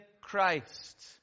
Christ